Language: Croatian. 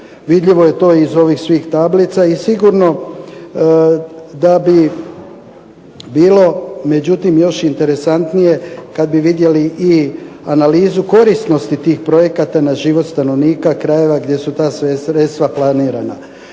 vidljivo je to iz ovih tablica i sigurno da bi bilo međutim još interesantnije kad bi vidjeli i analizu korisnosti tih projekata na život stanovnika krajeva gdje su ta sredstva planirana